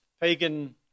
pagan